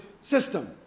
system